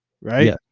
right